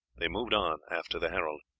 they moved on after the herald.